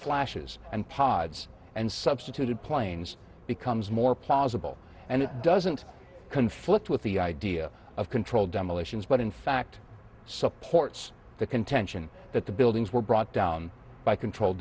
flashes and pods and substituted planes becomes more plausible and it doesn't conflict with the idea of controlled demolitions but in fact supports the contention that the buildings were brought down by controlled